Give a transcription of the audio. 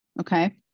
okay